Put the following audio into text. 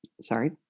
Sorry